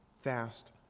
fast